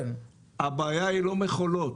הבעיה היא לא מכולות.